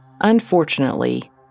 Unfortunately